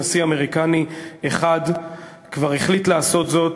נשיא אמריקני אחד כבר החליט לעשות זאת,